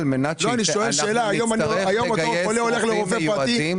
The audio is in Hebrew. היום אותו חולה הולך לרופא פרטי,